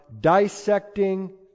dissecting